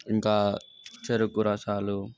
ఇంకా చెరుకు రసాలు